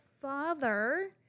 father